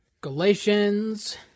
Galatians